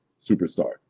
superstar